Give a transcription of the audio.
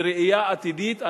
בראייה עתידית,